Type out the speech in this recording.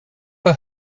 for